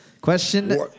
Question